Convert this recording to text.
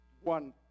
one